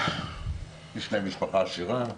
יש להם משפחה עשירה,